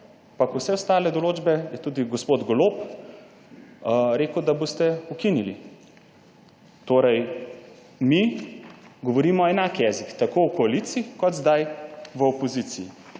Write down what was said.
ampak vse ostale določbe je tudi gospod Golob rekel, da boste ukinili. Mi torej govorimo enak jezik tako v koaliciji kot zdaj v opoziciji.